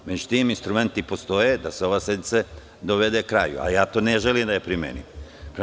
Međutim, instrumenti postoje da se ova sednica privede kraju, a ja ne želim da ih primenim.